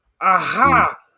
Aha